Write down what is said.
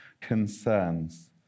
concerns